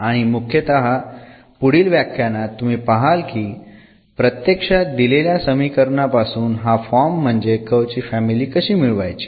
आणि मुख्यतः पुढील व्याख्यानात तुम्ही पाहाल की प्रत्यक्षात दिलेल्या समीकरणापासून हा फॉर्म म्हणजे कर्व ची फॅमिली कशी मिळवायची